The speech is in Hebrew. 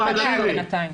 תקשיבי,